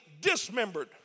dismembered